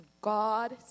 God